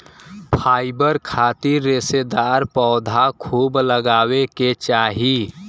fibre खातिर रेशेदार पौधा खूब लगावे के चाही